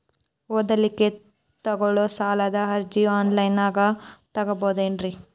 ಓದಲಿಕ್ಕೆ ತಗೊಳ್ಳೋ ಸಾಲದ ಅರ್ಜಿ ಆನ್ಲೈನ್ದಾಗ ತಗೊಬೇಕೇನ್ರಿ?